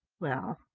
well,